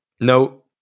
no